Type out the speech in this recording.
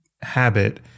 habit